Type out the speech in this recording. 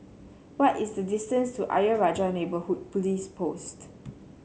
what is the distance to Ayer Rajah Neighbourhood Police Post